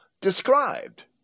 described